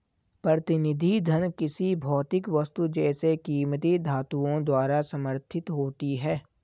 प्रतिनिधि धन किसी भौतिक वस्तु जैसे कीमती धातुओं द्वारा समर्थित होती है